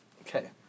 Okay